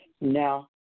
no